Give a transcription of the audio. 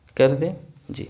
کر دیں جی